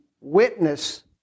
witness